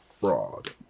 fraud